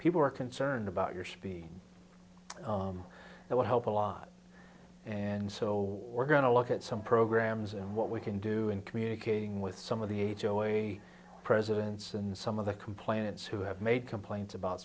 people are concerned about your speed that would help a lot and so we're going to look at some programs and what we can do in communicating with some of the a joy presidents and some of the complainants who have made complaints about